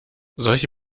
solche